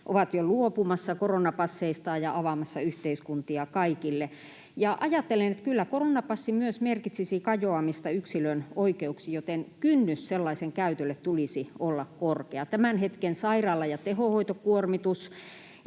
ovat jo luopumassa koronapasseistaan ja avaamassa yhteiskuntia kaikille. Ajattelen, että kyllä koronapassi myös merkitsisi kajoamista yksilön oikeuksiin, joten kynnyksen sellaisen käytölle tulisi olla korkea. Tämän hetken sairaala- ja tehohoitokuormitus